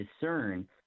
discern